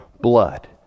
blood